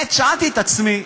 שאלתי את עצמי,